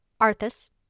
Arthas